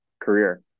career